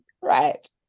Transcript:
right